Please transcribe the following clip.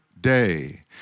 day